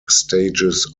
stages